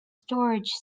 storage